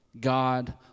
God